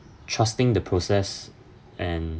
trusting the process and